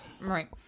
Right